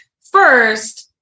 First